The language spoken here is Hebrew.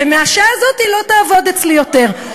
ומהשעה הזאת לא תעבוד אצלי יותר.